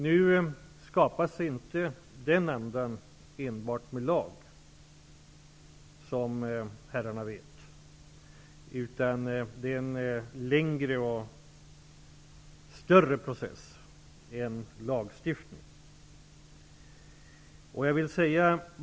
Nu skapas inte en sådan anda med hjälp av lagar, som herrarna vet. Processen är längre och större än så.